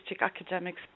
academics